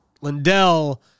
Lindell